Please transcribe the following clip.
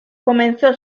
comenzó